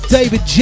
David